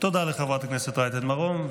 תודה לחברת הכנסת רייטן מרום.